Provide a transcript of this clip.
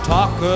Talk